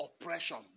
oppression